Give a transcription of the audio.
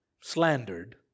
Slandered